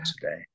today